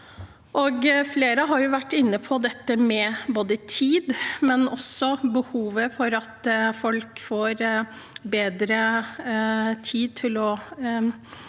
Flere har vært inne på dette med både tid og behov for at folk får bedre tid til å